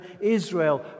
Israel